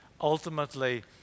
Ultimately